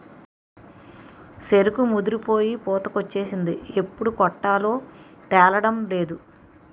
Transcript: సెరుకు ముదిరిపోయి పూతకొచ్చేసింది ఎప్పుడు కొట్టాలో తేలడంలేదు